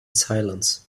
silence